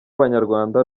abanyarwanda